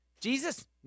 Jesus